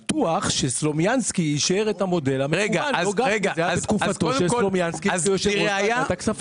בטוח שסלומינסקי אישר את המודל המפורט ולא גפני.